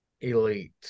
elite